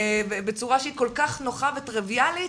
בצורה שהיא כל כך נוחה וטריוויאלית,